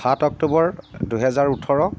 সাত অক্টোবৰ দুহেজাৰ ওঠৰ